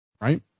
right